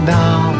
now